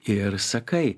ir sakai